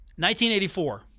1984